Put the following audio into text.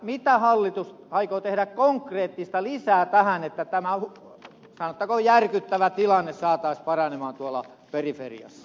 mitä hallitus aikoo tehdä konkreettista lisää tähän että tämä sanottakoon järkyttävä tilanne saataisiin paranemaan tuolla periferiassa